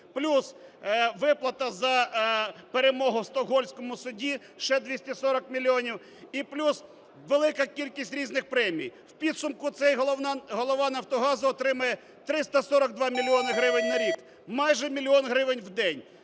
плюс виплата за перемогу в Стокгольмському суді ще 240 мільйонів і плюс велика кількість різних премій. В підсумку цей голова "Нафтогазу" отримає 342 мільйони гривень на рік. Майже мільйон гривень в день.